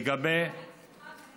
אני מבקשת שאתה